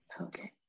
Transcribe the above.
okay